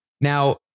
now